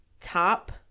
Top